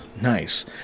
Nice